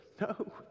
No